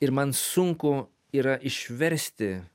ir man sunku yra išversti